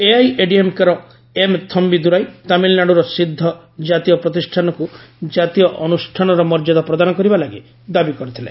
ଏଆଇଏଡିଏମ୍କେର M Thambi Durai ତାମିଲନାଡ଼ର ସିଦ୍ଧ ଜାତୀୟ ପ୍ରତିଷ୍ଠାନକୁ ଜାତୀୟ ଅନୁଷାନର ମର୍ଯ୍ୟାଦା ପ୍ରଦାନ କରିବା ଲାଗି ଦାବି କରିଥିଲେ